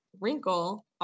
Wrinkle